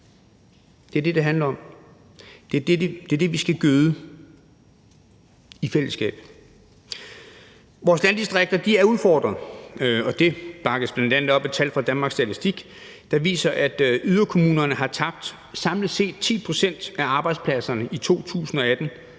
Det er det, det handler om. Det er det, vi skal gøde i fællesskab. Vores landdistrikter er udfordret, og det bakkes bl.a. op af tal fra Danmarks Statistik, der viser, at yderkommunerne samlet set har tabt 10 pct. af arbejdspladserne i 2018,